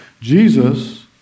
Jesus